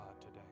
today